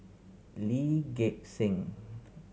Lee Gek Seng